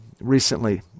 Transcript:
recently